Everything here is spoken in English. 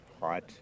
hot